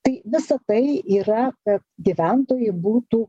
tai visa tai yra kad gyventojui būtų